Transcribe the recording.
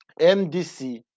MDC